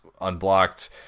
unblocked